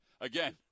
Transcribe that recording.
again